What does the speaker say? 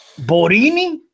Borini